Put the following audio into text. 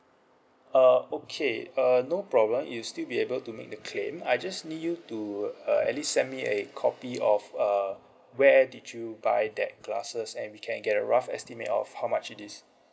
uh okay uh no problem you'll still be able to make the claim I just need you to uh at least send me a copy of uh where did you buy that glasses and we can get a rough estimate of how much it is